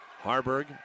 Harburg